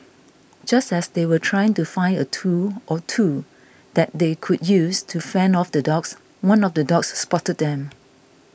just as they were trying to find a tool or two that they could use to fend off the dogs one of the dogs spotted them